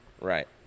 Right